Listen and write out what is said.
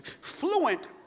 fluent